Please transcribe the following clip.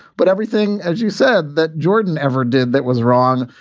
but everything, as you said that jordan ever did, that was wrong.